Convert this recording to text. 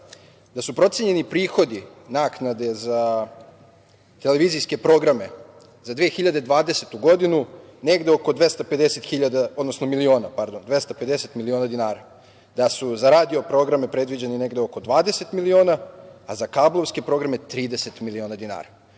da su procenjeni prihodi naknade za televizijske programe za 2020. godinu negde oko 250 miliona dinara, da su za radio-programe predviđene negde oko 20 miliona a za kablovske programe 30 miliona dinara.I